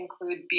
include